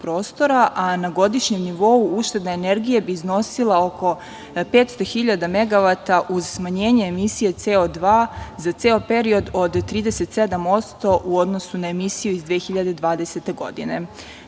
a na godišnjem nivou ušteda energije bi iznosila oko 500.000 megavata uz smanjenje emisije CO2 za ceo period od 37% u odnosu na emisiju iz 2020. godine. Na